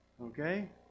okay